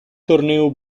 torneo